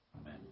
Amen